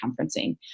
conferencing